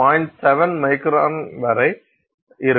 7 micron வரை இருக்கும்